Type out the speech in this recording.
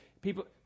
people